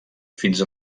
fins